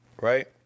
right